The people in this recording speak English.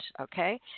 Okay